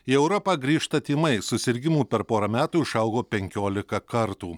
į europą grįžta tymai susirgimų per porą metų išaugo penkiolika kartų